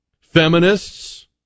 Feminists